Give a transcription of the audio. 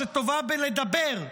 שטובה בלדבר,